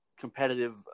competitive